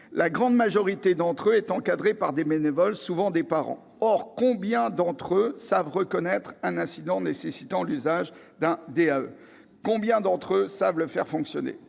La grande majorité d'entre eux est encadrée par des bénévoles, souvent des parents. Or, combien d'entre eux savent reconnaître un incident nécessitant l'usage d'un DAE ? Combien d'entre eux savent le faire fonctionner ?